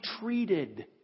treated